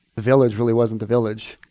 village really wasn't the village.